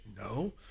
No